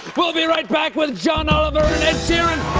we'll be right back with john oliver and ed sheeran!